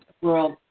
world